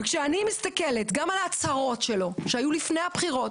וכשאני מסתכלת גם על ההצהרות שלו שהיו מלפני הבחירות,